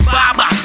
Baba